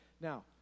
Now